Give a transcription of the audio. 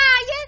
yes